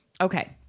okay